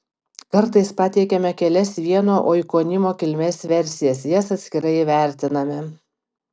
kartais pateikiame kelias vieno oikonimo kilmės versijas jas atskirai įvertiname